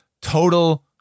total